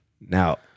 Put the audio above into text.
Now